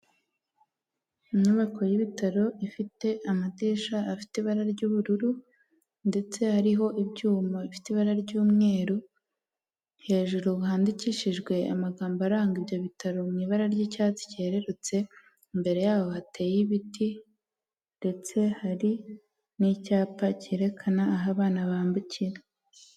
Inyubako y'ibitaro ifite amadishya afite ibara ry'ubururu ndetse hariho ibyuma bifite ibara ry'umweru, hejuru handikishijwe amagambo aranga ibyo bitaro mu ibara ry'icyatsi cyererutse, imbere yaho hateye ibiti ndetse hari n'icyapa cyerekana aho abana bambukira.